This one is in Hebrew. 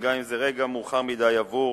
אם זה רגע מאוחר מדי עבור